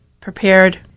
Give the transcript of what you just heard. prepared